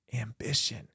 Ambition